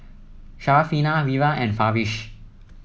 Syarafina Wira and Farish